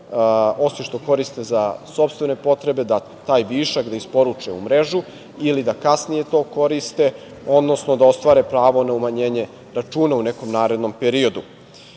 osim što koriste za sopstvene potrebe, da taj višak isporuče u mrežu ili da kasnije to koriste, odnosno da ostvare pravo na umanjenje računa u nekom narednom periodu. Još